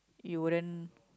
you wouldn't